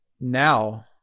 now